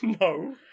No